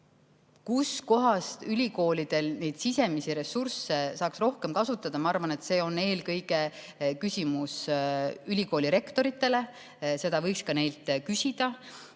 Kuskohas ülikoolid neid sisemisi ressursse saaks rohkem kasutada? Ma arvan, et see on eelkõige küsimus ülikoolirektoritele, seda võiks neilt küsida. Aga